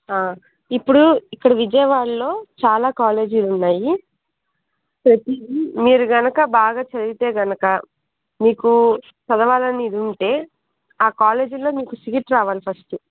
ఇప్పుడు ఇక్కడ విజయవాడలో చాలా కాలేజీలు ఉన్నాయి మీరు కనుక బాగా చదివితే కనుక మీకు చదవాలని ఇది ఉంటే ఆ కాలేజీలో మీకు సీట్ రావాలి ఫస్ట్